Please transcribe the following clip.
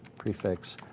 prefix,